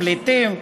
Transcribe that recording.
פליטים,